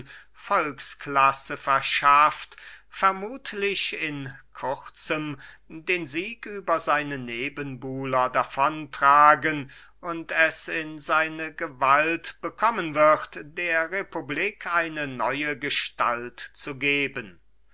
volksklasse verschafft vermuthlich in kurzem den sieg über seine nebenbuhler davon tragen und es in seine gewalt bekommen wird der republik eine neue gestalt zu geben